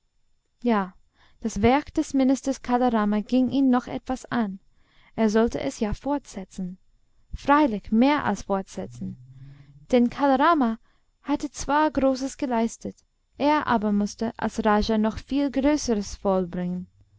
ja das werk des ministers kala rama ging ihn noch etwas an er sollte es ja fortsetzen freilich mehr als fortsetzen denn kala rama hatte zwar großes geleistet er aber mußte als raja noch viel größeres vollbringen